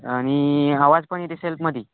आणि आवाज पण येते सेल्फमध्ये